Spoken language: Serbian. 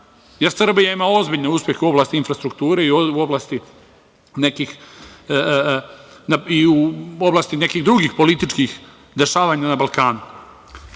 jer Srbija ima ozbiljan uspeh u oblasti infrastrukture i u oblasti nekih drugih političkih dešavanja na Balkanu. Ali,